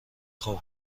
خوب